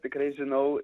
tikrai žinau